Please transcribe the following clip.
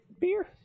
beer